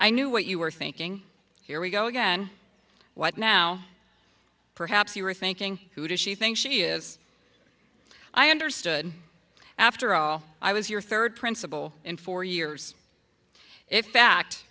i knew what you were thinking here we go again what now perhaps you are thinking who does she think she is i understood after all i was your third principal in four years if fact